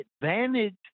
advantage